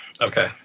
okay